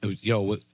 Yo